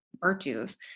virtues